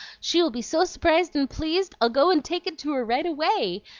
she will be so s'prised and pleased i'll go and take it to her right away,